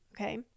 okay